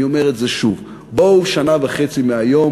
ואני אומר את זה שוב: בואו שנה וחצי מהיום,